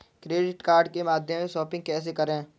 Credit card के माध्यम से शॉपिंग कैसे करें?